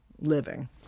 living